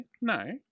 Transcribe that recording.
No